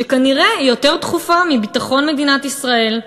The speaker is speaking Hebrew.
שכנראה היא יותר דחופה מביטחון מדינת ישראל.